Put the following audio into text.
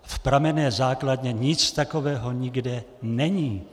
V pramenné základně nic takového nikde není.